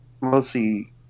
mostly